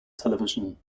television